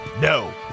No